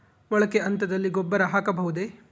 ಮೊಳಕೆ ಹಂತದಲ್ಲಿ ಗೊಬ್ಬರ ಹಾಕಬಹುದೇ?